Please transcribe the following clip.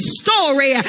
story